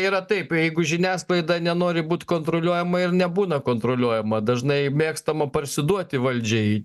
yra taip jeigu žiniasklaida nenori būt kontroliuojama ir nebūna kontroliuojama dažnai mėgstama parsiduoti valdžiai